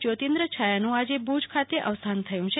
જયોતિન્દ્ર છાયાનું આજે ભુજ ખાતે અવસાન થયુ છે